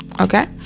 okay